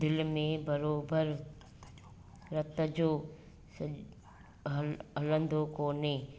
दिलि में बराबरि रत जो स ह हलंदो कोने